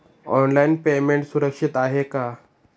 Online payment सुरक्षित आहे का?